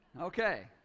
Okay